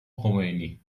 خمینی